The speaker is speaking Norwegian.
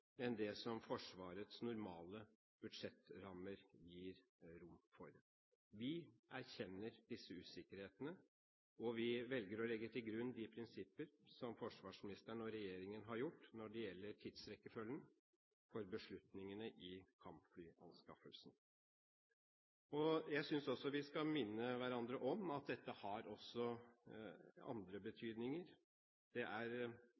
enn det Forsvarets normale budsjettrammer gir rom for. Vi erkjenner disse usikkerhetene, og vi velger å legge til grunn de prinsipper som forsvarsministeren og regjeringen har gjort når det gjelder tidsrekkefølgen for beslutningene i kampflyanskaffelsen. Jeg synes vi skal minne hverandre om at dette også har betydning for andre ting. La oss ikke glemme at det er